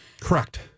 correct